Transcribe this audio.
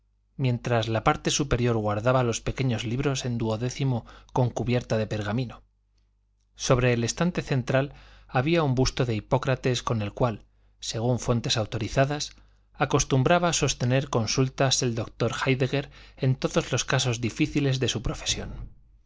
mientras la parte superior guardaba los pequeños libros en duodécimo con cubierta de pergamino sobre el estante central había un busto de hipócrates con el cual según fuentes autorizadas acostumbraba sostener consultas el doctor héidegger en todos los casos difíciles de su profesión